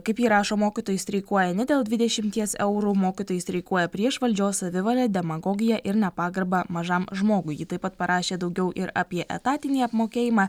kaip ji rašo mokytojai streikuoja ne dėl dvidešimties eurų mokytojai streikuoja prieš valdžios savivalę demagogiją ir nepagarbą mažam žmogui ji taip pat parašė daugiau ir apie etatinį apmokėjimą